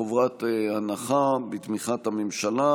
ההצעה קיבלה פטור מחובת הנחה, היא בתמיכת הממשלה.